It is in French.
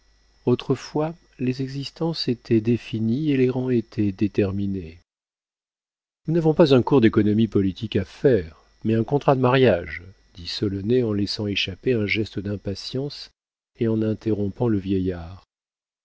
autrefois les existences étaient définies et les rangs étaient déterminés nous n'avons pas un cours d'économie politique à faire mais un contrat de mariage dit solonet en laissant échapper un geste d'impatience et en interrompant le vieillard